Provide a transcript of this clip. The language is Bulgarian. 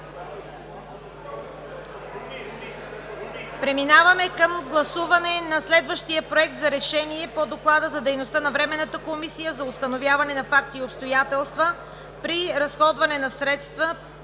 Преминаваме към гласуване на следващия „Проект! РЕШЕНИЕ по Доклада за дейността на Временната комисия за установяване на факти и обстоятелства при разходване на средства,